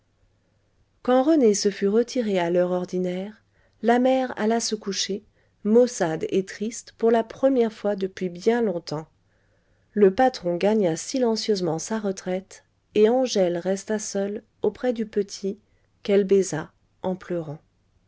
quand rené se fut retiré à l'heure ordinaire la mère alla se coucher maussade et triste pour la première fois depuis bien longtemps le patron gagna silencieusement sa retraite et angèle resta seule auprès du petit qu'elle baisa en pleurant